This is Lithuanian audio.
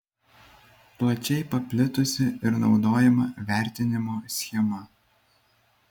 plačiai paplitusi ir naudojama vertinimo schema